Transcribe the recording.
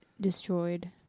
Destroyed